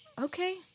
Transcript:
okay